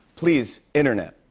please, internet,